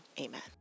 amen